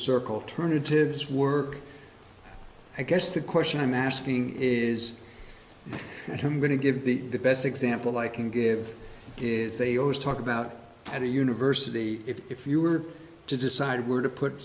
circle turn into this work i guess the question i'm asking is and i'm going to give the best example i can give is they always talk about at a university if you were to decide where to put